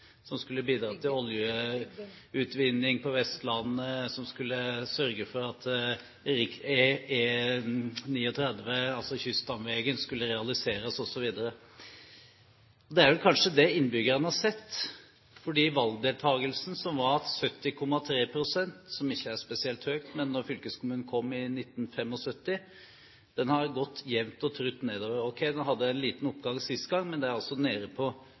som skulle bidra til oljeutvinning på Vestlandet, som skulle sørge for at E39, kyststamveien, skulle realiseres, osv. Det er vel kanskje det innbyggerne har sett, fordi valgdeltakelsen, som var 70,3 pst. – som ikke er spesielt høyt – da fylkeskommunen kom i 1975, har gått jevnt og trutt nedover. Ok, nå hadde man en liten oppgang sist gang, men deltakelsen er altså nede på